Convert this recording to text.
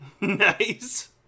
Nice